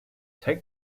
take